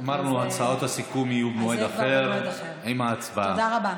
אמרנו שהצעות הסיכום יהיו במועד אחר עם ההצבעה.